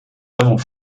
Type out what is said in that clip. avons